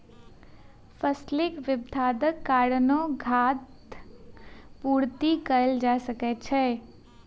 फसीलक विविधताक कारणेँ खाद्य पूर्ति कएल जा सकै छै